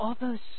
others